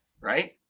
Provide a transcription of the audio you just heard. right